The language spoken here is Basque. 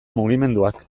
mugimenduak